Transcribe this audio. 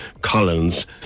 Collins